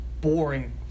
boring